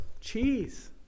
cheese